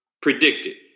predicted